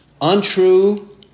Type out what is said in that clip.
untrue